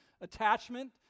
attachment